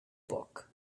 book